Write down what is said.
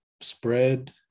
spread